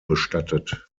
bestattet